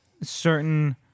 certain